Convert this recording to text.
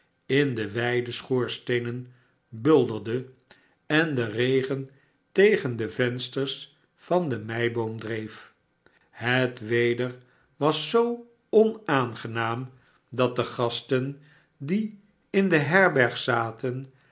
in wijde schoorjeenen bulderde en den regen tegen de vensters van de meibo om dreef het weder was zoo onaangenaam dat de gasten die in ae herberg zaten